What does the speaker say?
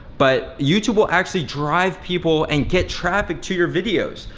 but youtube will actually drive people and get traffic to your videos.